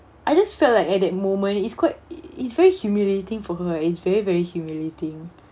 I just felt like at that moment it's quite it it's very humiliating for her it's very very humiliating